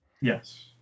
Yes